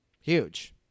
Huge